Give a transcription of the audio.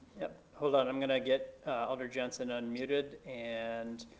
yep, hold on, i'm gonna get alder johnson unmuted, and